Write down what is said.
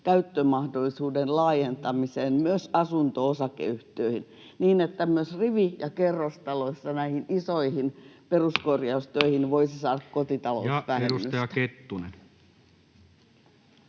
käyttömahdollisuuden laajentamiseen myös asunto-osakeyhtiöihin, niin että myös rivi- ja kerrostaloissa näihin isoihin peruskorjaustöihin voisi saada kotitalousvähennystä.